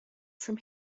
from